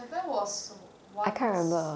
that time was once